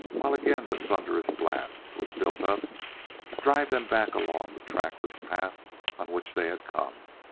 while again the thunderous blast was built up to drive them back along the trackless path on which they had come.